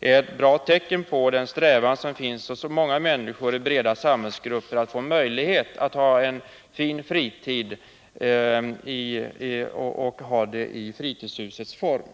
ett bra tecken på den strävan som finns hos många människor i breda samhällsgrupper att få möjlighet till. Nr 57 en fin fritid i fritidshusets form.